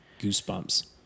goosebumps